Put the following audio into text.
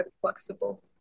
flexible